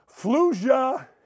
Fluja